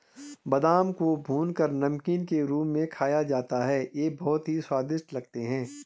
बादाम को भूनकर नमकीन के रूप में खाया जाता है ये बहुत ही स्वादिष्ट लगते हैं